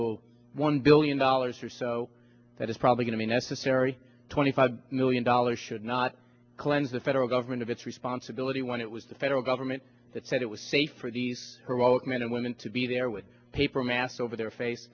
the one billion dollars or so that is probably going to be necessary twenty five million dollars should not cleanse the federal government of its responsibility when it was the federal government that said it was safe for these men and women to be there with a paper mask over their face